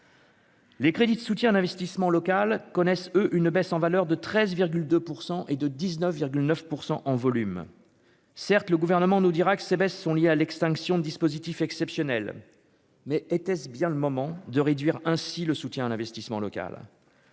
Les crédits de soutien à l'investissement local connaissent eux une baisse en valeur de 13,2 % et de 19,9 % en volume, certes, le gouvernement nous dira que ces baisses sont liés à l'extinction, dispositif exceptionnel mais était-ce bien le moment de réduire ainsi le soutien à l'investissement local.